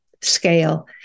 scale